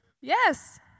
Yes